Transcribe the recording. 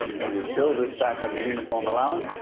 then we bill this back under uniform allowance,